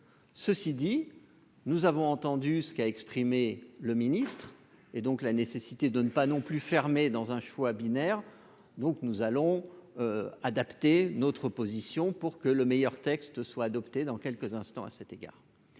Ceci dit, nous avons entendu ce qu'a exprimé le ministre et donc la nécessité de ne pas non plus fermer dans un choix binaire, donc nous allons adapter notre position pour que le meilleur texte soit adopté dans quelques instants, à cet égard,